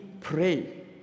pray